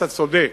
אתה צודק,